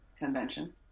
convention